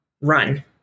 run